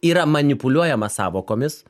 yra manipuliuojama sąvokomis